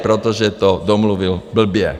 Protože to domluvil blbě.